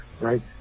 right